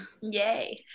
Yay